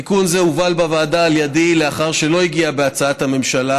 תיקון זה הובל בוועדה על ידי לאחר שלא הגיע בהצעת הממשלה,